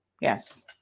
Yes